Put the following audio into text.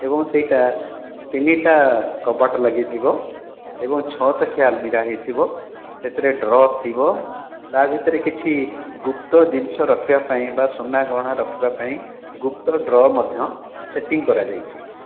ଏବଂ ସେଇଟା ତିନିଟା କବାଟ ଲାଗିଥିବ ଏବଂ ଛଅ ଥାକି ଆଲମିରା ଥିବ ଏବଂ ସେଥିରେ ଡ୍ର ଥିବ ତା ଭିତରେ କିଛି ଗୁପ୍ତ ଜିନିଷ ରଖିବା ପାଇଁ ବା ସୁନା ଗହଣା ରଖିବା ପାଇଁ ଗୁପ୍ତ ଡ୍ର ମଧ୍ୟ ସେଟିଂ କରାଯାଇଛି